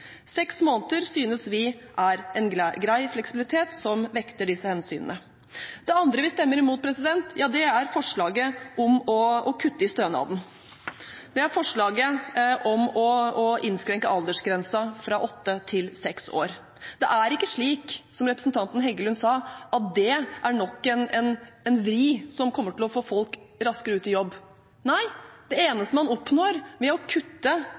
Seks måneder synes vi er en grei fleksibilitet som vekter disse hensynene. Det andre vi stemmer imot, er forslaget om å kutte i stønaden. Det er forslaget om å innskrenke aldersgrensen fra åtte til seks år. Det er ikke slik, som representanten Heggelund sa, at det er nok en vri som kommer til å få folk raskere ut i jobb. Nei, det eneste man oppnår ved å kutte